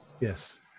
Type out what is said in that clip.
Yes